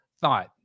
thought